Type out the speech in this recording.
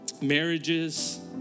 marriages